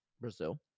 Brazil